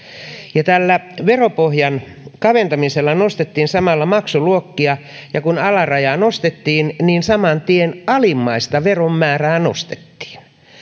tällä veropohjan kaventamisella nostettiin samalla maksuluokkia ja kun alarajaa nostettiin niin saman tien alimmaista veron määrää nostettiin